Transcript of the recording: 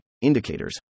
indicators